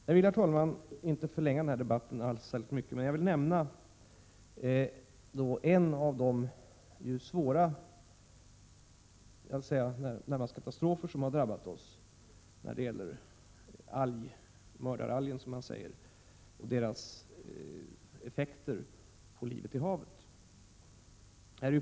Jag vill, herr talman, inte förlänga den här debatten särskilt mycket, men jag vill nämna en av de svåra företeelser eller närmast katastrofer som har drabbat oss, nämligen mördaralgerna, som de kallas, och deras effekter på livet i havet.